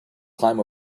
climb